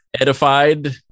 Edified